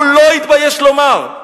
הוא לא התבייש לומר.